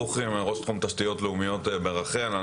אנחנו,